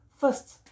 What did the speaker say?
first